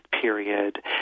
period